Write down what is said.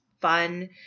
fun